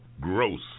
Gross